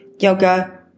yoga